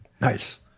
Nice